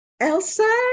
Elsa